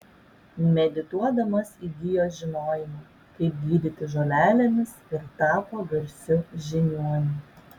medituodamas įgijo žinojimą kaip gydyti žolelėmis ir tapo garsiu žiniuoniu